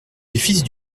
fils